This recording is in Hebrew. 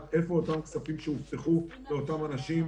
איפה אותם כספים שהובטחו לאותם אנשים,